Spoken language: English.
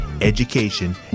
education